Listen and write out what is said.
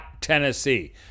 Tennessee